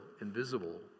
invisible